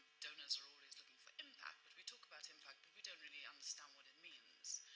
donors are always looking for impact. but we talk about impact, but we don't really understand what it means